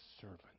servant